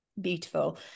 Beautiful